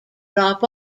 drop